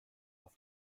auf